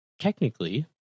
Technically